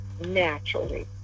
naturally